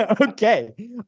okay